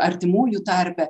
artimųjų tarpe